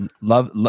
love